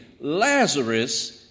Lazarus